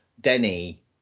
Denny